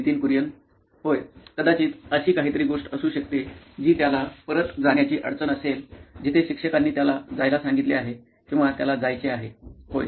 Nitin Kurian COO nine electronics होय कदाचित अशी काहीतरी गोष्ट असू शकते जी त्याला परत जाण्याची अडचण असेल जिथे शिक्षकांनी त्याला जायला सांगितले आहे किंवा त्याला जायचे आहे होय